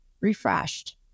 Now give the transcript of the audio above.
refreshed